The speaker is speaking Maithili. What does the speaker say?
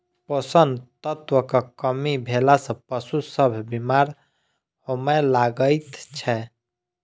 पोषण तत्वक कमी भेला सॅ पशु सभ बीमार होमय लागैत छै